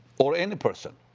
or any person?